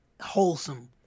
wholesome